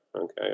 okay